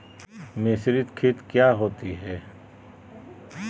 मिसरीत खित काया होती है?